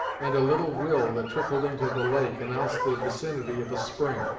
and a little rill that trickled into the lake announced the vicinity of a spring.